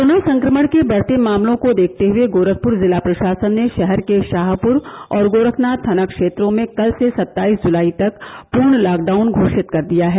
corona संक्रमण के बढ़ते मामलों को देखते हए गोरखपुर जिला प्रशासन ने शहर के शाहपुर और गोरखनाथ थाना क्षेत्रों में कल से सत्ताईस जुलाई तक पूर्ण लॉकडाउन घोषित कर दिया है